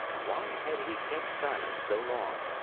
why had he kept silent so long?